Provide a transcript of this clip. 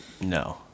No